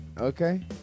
Okay